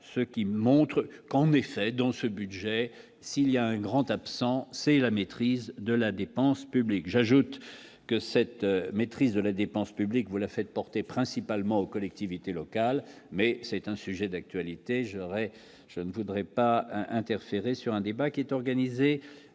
ce qui montre qu'en effet dans ce budget s'il y a un grand absent, c'est la maîtrise de la dépense publique, j'ajoute que cette maîtrise de la dépense publique, vous la faites porter principalement aux collectivités locales, mais c'est un sujet d'actualité, j'aurais, je ne voudrais pas interférer sur un débat qui est organisé